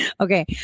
Okay